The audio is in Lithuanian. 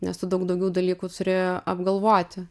nes tu daug daugiau dalykų turi apgalvoti